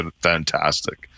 fantastic